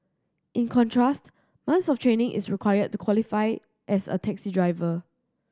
in contrast months of training is required to qualify as a taxi driver